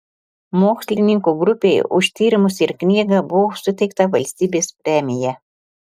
mokslininkų grupei už tyrimus ir knygą buvo suteikta valstybės premija